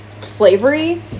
slavery